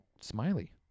Smiley